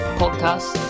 podcast